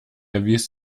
erwies